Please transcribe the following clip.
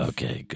Okay